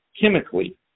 chemically